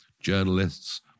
journalists